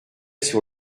sur